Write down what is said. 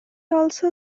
also